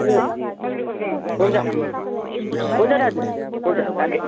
ए हुन्छ हुन्छ दाजु हुन्छ राखेँ